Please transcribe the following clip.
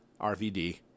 RVD